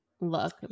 look